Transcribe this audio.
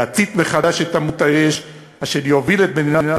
להצית מחדש את עמוד האש אשר יוביל את מדינת